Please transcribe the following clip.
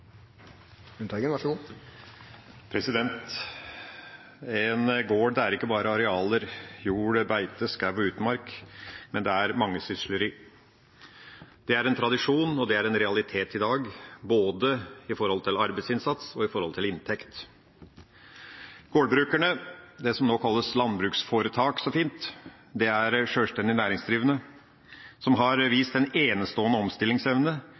ikke bare arealer, jord, beite, skog og utmark, men det er mangesysleri. Det er en tradisjon, og det er en realitet i dag både når det gjelder arbeidsinnsats og inntekt. Gårdbrukerne, på det som nå kalles landbruksforetak så fint, er sjølstendig næringsdrivende, som har vist en enestående omstillingsevne.